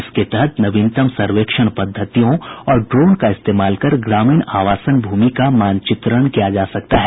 इसके तहत नवीनतम सर्वेक्षण पद्धतियों और ड्रोन का इस्तेमाल कर ग्रामीण आवासन भूमि का मानचित्रण किया जा सकता है